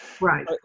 right